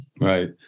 Right